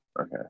Okay